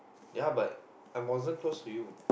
ya but I wasn't close to you